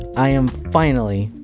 i am finally,